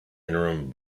interim